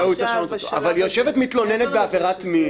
לא שוכנענו שעבירות צבאיות כקורפוס,